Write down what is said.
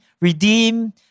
redeem